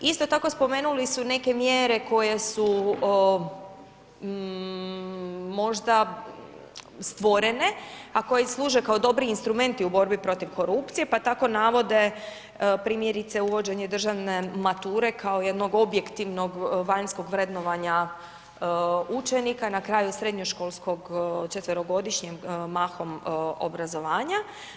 Isto tako, spomenuli su neke mjere koje su možda stvorene, a koje služe kao dobri instrumenti u borbi protiv korupcije, pa tako navode, primjerice uvođenje državne mature kao jednog objektivnog vanjskog vrednovanja učenika na kraju srednjoškolskog četverogodišnjeg mahom obrazovanja.